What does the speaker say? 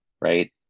right